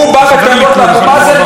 הוא בא בטענות לאבו מאזן?